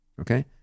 Okay